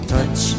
Touch